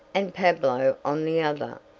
and pablo on the other,